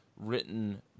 Written